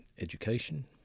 education